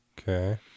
Okay